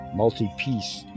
multi-piece